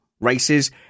races